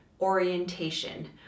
orientation